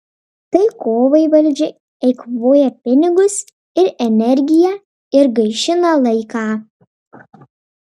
tai kovai valdžia eikvoja pinigus ir energiją ir gaišina laiką